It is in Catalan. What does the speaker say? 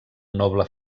noble